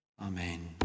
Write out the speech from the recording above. Amen